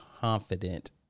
confident